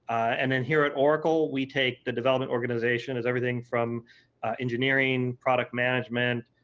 and then here at oracle we take the development organization as everything from engineering, product management,